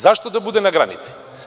Zašto da bude na granici?